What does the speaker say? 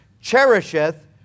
cherisheth